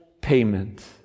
payment